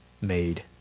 made